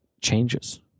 changes